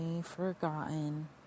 forgotten